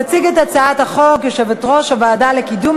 תציג את הצעת החוק יושבת-ראש הוועדה לקיום